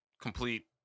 complete